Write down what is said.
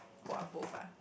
who are both ah